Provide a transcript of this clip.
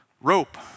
Rope